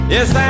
Yes